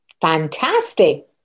Fantastic